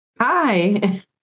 Hi